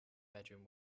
bedroom